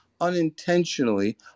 unintentionally